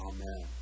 Amen